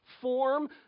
form